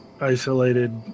isolated